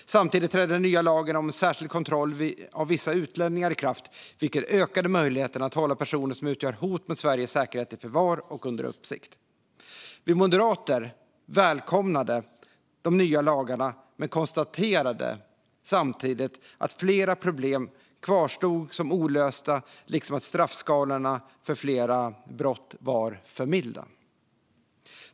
Samtidigt trädde den nya lagen om särskild kontroll av vissa utlänningar i kraft, vilket ökade möjligheten att hålla personer som utgör hot mot Sveriges säkerhet i förvar och under uppsikt. Vi moderater välkomnade de nya lagarna men konstaterade samtidigt att flera problem kvarstod som olösta liksom att straffskalorna för flera brott var för milda.